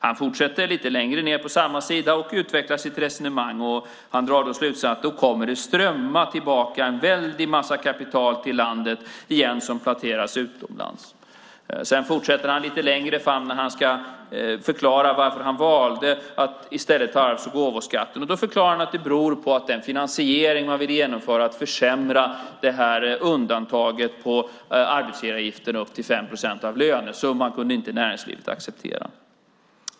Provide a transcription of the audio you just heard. Han fortsätter lite längre ned på samma sida och utvecklar sitt resonemang. Han drar då slutsatsen att det kommer att strömma tillbaka en väldig massa kapital till landet igen som placerats utomlands. Lite längre fram fortsätter han, när han ska förklara varför han valde att i stället ta arvs och gåvoskatten. Han säger då att det beror på den finansiering man ville genomföra genom att försämra undantaget på arbetsgivaravgiften upp till 5 procent av lönesumman och att näringslivet inte kunde acceptera det.